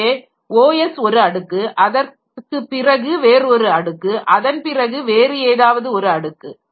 எனவே OS ஒரு அடுக்கு பிறகு வேறு ஒரு அடுக்கு அதன்பிறகு வேறு ஏதாவது ஒரு அடுக்கு